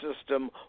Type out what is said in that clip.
system